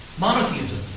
Monotheism